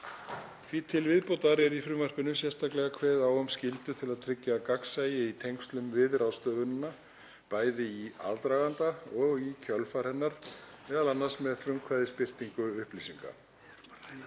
Því til viðbótar er í frumvarpinu sérstaklega kveðið á um skyldu til að tryggja gagnsæi í tengslum við ráðstöfunina, bæði í aðdraganda og í kjölfar hennar, m.a. með frumkvæðisbirtingu upplýsinga.